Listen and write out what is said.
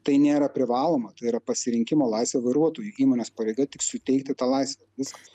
tai nėra privaloma tai yra pasirinkimo laisvė vairuotojui įmonės pareiga tik suteikti tą laisvę viskas